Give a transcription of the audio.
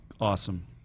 awesome